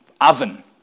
oven